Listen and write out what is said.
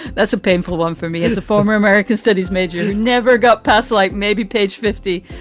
that's a painful one for me as a former american studies major who never got past like maybe page fifty.